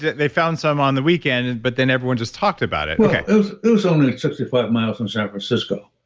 they found some on the weekend, but then everyone just talked about it. okay it was it was only sixty five miles from san francisco,